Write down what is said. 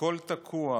הכול תקוע.